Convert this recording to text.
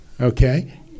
okay